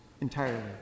entirely